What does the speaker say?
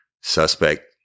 suspect